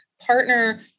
partner